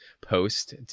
post